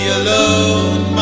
alone